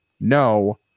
No